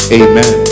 amen